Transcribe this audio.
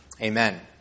Amen